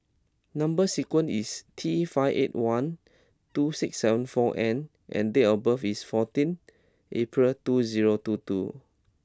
number sequence is T five eight one two six seven four N and date of birth is fourteen April two zero two two